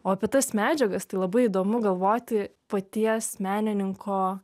o apie tas medžiagas tai labai įdomu galvoti paties menininko